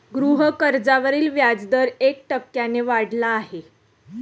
गृहकर्जावरील व्याजदर एक टक्क्याने वाढला आहे